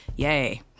yay